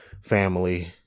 family